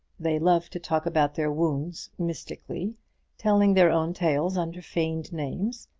they love to talk about their wounds mystically telling their own tales under feigned names,